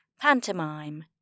Pantomime